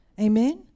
amen